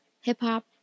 hip-hop